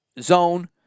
zone